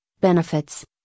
benefits